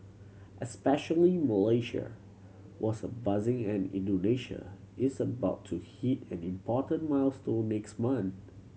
especially Malaysia was buzzing and Indonesia is about to hit an important milestone next month